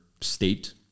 state